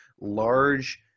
large